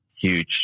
huge